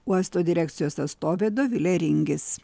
uosto direkcijos atstovė dovilė ringis